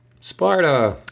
Sparta